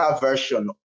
version